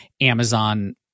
Amazon